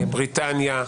בריטניה.